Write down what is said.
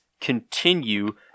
continue